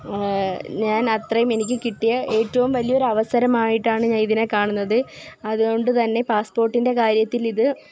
ഞാൻ അത്രയും എനിക്ക് കിട്ടിയ ഏറ്റവും വലിയൊരു അവസരമായിട്ടാണ് ഞാൻ ഇതിനെ കാണുന്നത് അതുകൊണ്ടുതന്നെ പാസ്സ്പോർട്ടിൻ്റെ കാര്യത്തിലിത്